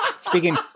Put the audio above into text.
speaking